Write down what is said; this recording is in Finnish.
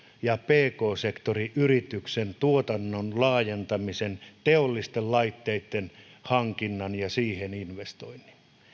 ja pk sektoriyrityksen tuotannon laajentamisen teollisten laitteitten hankinnan ja siihen investoinnin